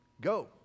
Go